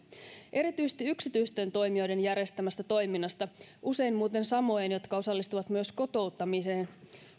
erityisesti yksityisten toimijoiden järjestämästä toiminnasta usein muuten samojen jotka osallistuvat myös kotouttamiseen